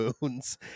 wounds